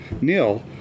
Neil